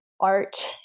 art